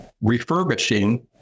refurbishing